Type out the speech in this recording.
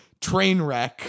Trainwreck